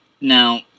Now